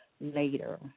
later